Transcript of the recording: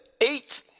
eight